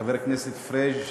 חבר הכנסת פריג',